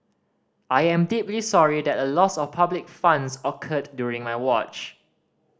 I am deeply sorry that a loss of public funds occurred during my watch